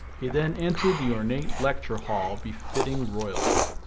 he then entered the ornate lecture hall befitting royalty.